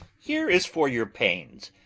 here is for your pains.